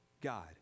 God